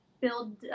build